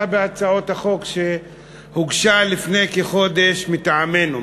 בהצעת החוק שהוגשה לפני כחודש מטעמנו,